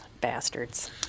bastards